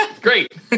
Great